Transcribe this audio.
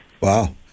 Wow